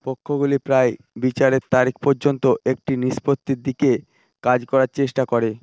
পক্ষগুলি প্রায়ই বিচারের তারিখ পর্যন্ত একটি নিষ্পত্তির দিকে কাজ করার চেষ্টা করে